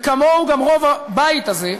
וכמוהו גם רוב הבית הזה,